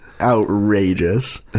Outrageous